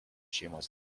šeimos